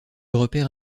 repères